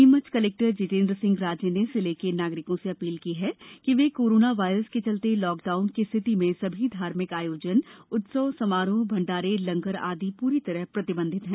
Neemuch collector Jitendra Singh Raje ने जिले के नागरिकों से अपील की है कि वे कोरोना वायरस के चलते लॉकडाउन की स्थिति में सभी धार्मिक आयोजन उत्सव समारोह भण्डारे लंगर आदि पर पूरी तरह प्रतिबंध लगा दिया है